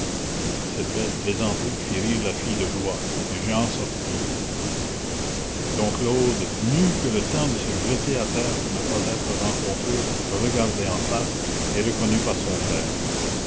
cette belle plaisanterie fit rire la fille de joie et jehan sortit dom claude n'eut que le temps de se jeter à terre pour ne pas être rencontré regardé en face et reconnu par son frère